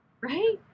Right